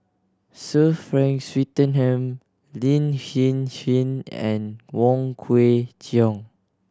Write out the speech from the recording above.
Sir Frank Swettenham Lin Hsin Hsin and Wong Kwei Cheong